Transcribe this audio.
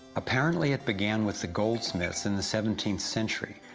apparently it began with the goldsmiths in the seventeenth century,